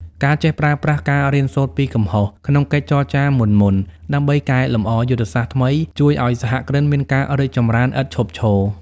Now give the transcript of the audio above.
ការចេះប្រើប្រាស់ "ការរៀនសូត្រពីកំហុស" ក្នុងកិច្ចចរចាមុនៗ ដើម្បីកែលម្អយុទ្ធសាស្ត្រថ្មី ជួយឱ្យសហគ្រិនមានការរីកចម្រើនឥតឈប់ឈរ។